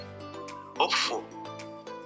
hopeful